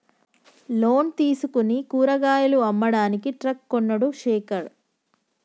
loan తీసుకుని కూరగాయలు అమ్మడానికి ట్రక్ కొన్నడు శేఖర్